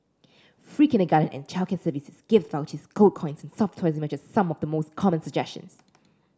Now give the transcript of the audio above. free kindergarten and childcare services gift vouchers gold coins and soft toys emerged as some of the most common suggestions